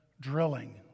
drilling